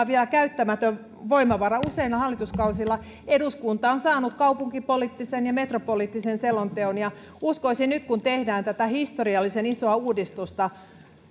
vielä käyttämätön voimavara useilla hallituskausilla eduskunta on saanut kaupunkipoliittisen ja metropolipoliittisen selonteon nyt kun tehdään tätä historiallisen isoa uudistusta ja